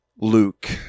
Luke